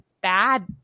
bad